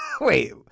wait